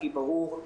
הכי ברור,